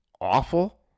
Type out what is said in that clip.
awful